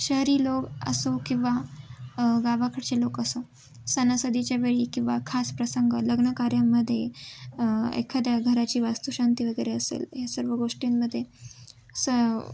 शहरी लोक असो किंवा गावाकडचे लोक असो सणासुदीच्या वेळी किंवा खास प्रसंग लग्न कार्यांमध्ये एखाद्या घराची वास्तुशांती वगैरे असेल ह्या सर्व गोष्टींमध्ये स